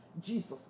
Jesus